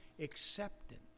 Acceptance